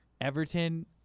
Everton